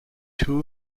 two